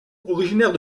originaire